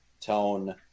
tone